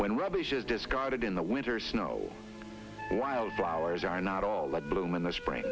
when rubbish is discarded in the winter snow wildflowers are not all that bloom in the spring